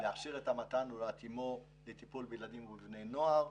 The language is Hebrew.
להכשיר את המת"ן ולהתאימו לטיפול בילדים ובבני נוער,